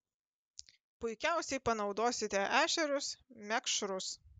puikiausiai panaudosite ešerius mekšrus